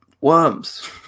worms